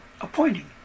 appointing